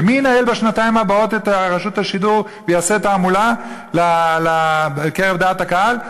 ומי ינהל בשנתיים הבאות את רשות השידור ויעשה תעמולה בקרב דעת הקהל?